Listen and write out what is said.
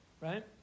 right